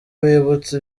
bibutse